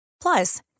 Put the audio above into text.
Plus